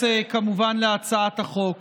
אתייחס כמובן להצעת החוק.